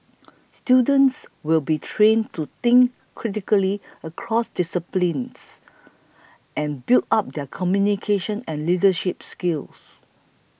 students will be trained to think critically across disciplines and build up their communication and leadership skills